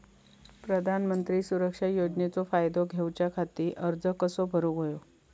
प्रधानमंत्री सुरक्षा योजनेचो फायदो घेऊच्या खाती अर्ज कसो भरुक होयो?